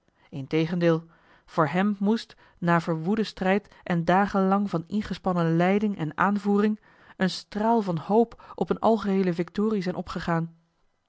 integendeel voor hem moest na verwoeden strijd en dagen lang van ingespannen leiding en aanvoering een straal van hoop op een algeheele victorie zijn opgegaan